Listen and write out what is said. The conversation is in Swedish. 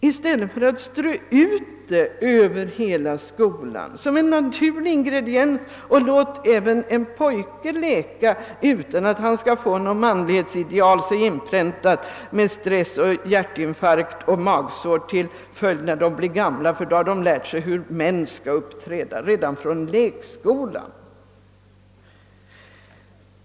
I stället borde man strö ut dockorna som en naturlig ingrediens och låta även en pojke leka med dem utan att pränta i honom något manlighetsideal med stress, hjärtinfarkt och magsår som följd när han blir gammal — redan från lekskolan har han nämligen lärt sig hur en man skall uppträda.